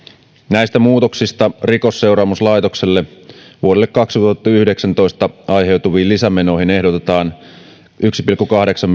näistä muutoksista rikosseuraamuslaitokselle vuodelle kaksituhattayhdeksäntoista aiheutuviin lisämenoihin ehdotetaan yhden pilkku kahdeksan